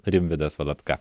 rimvydas valatka